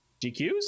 gqs